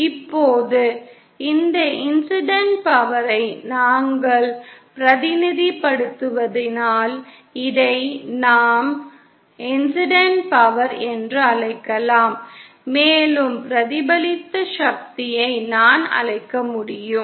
இப்போது இந்த இன்ஸிடண்ட் பவரை நாங்கள் பிரதிநிதித்துவப்படுத்தினால் இதை நாம் இன்ஸிடண்ட் பவர் என்று அழைக்கலாம் மேலும் பிரதிபலித்த சக்தியை நான் அழைக்க முடியும்